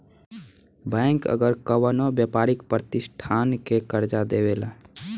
bank अगर कवनो व्यापारिक प्रतिष्ठान के कर्जा देवेला